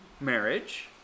marriage